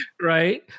Right